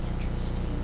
interesting